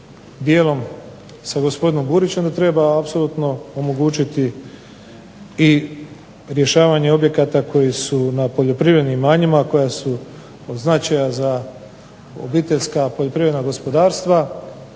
dijelom sa gospodinom Burićem da treba apsolutno omogućiti i rješavanje objekata koji su na poljoprivrednim imanjima koja su od značaja za obiteljska poljoprivredna gospodarstva